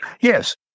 Yes